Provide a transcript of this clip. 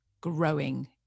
growing